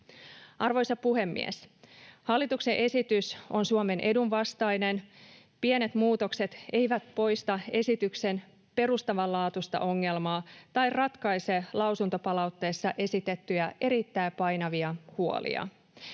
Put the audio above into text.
Arvoisa puhemies! Hallituksen esitys on Suomen edun vastainen. Pienet muutokset eivät poista esityksen perustavanlaatuista ongelmaa tai ratkaise lausuntopalautteissa esitettyjä erittäin painavia huolia.